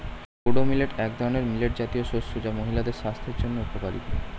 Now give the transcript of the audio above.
kodo millet এক ধরনের millet জাতীয় শস্য যা মহিলাদের স্বাস্থ্যের জন্য উপকারী